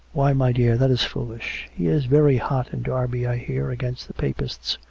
why, my dear that is foolish. he is very hot in derby, i hear, against the papists.